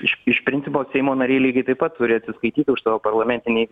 iš iš principo seimo nariai lygiai taip pat turi atsiskaityti už savo parlamentinei